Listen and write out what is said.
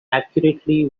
accurately